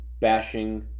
bashing